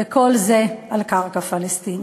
וכל זה על קרקע פלסטינית.